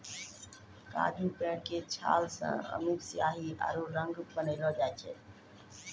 काजू पेड़ के छाल सॅ अमिट स्याही आरो रंग बनैलो जाय छै